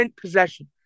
possession